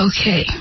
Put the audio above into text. Okay